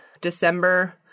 December